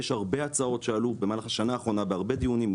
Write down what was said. יש הרבה הצעות שעלו במהלך השנה האחרונה בהרבה דיונים,